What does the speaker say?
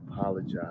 apologize